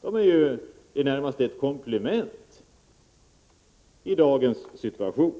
De är i dagens situation närmast ett komplement. Det sätt på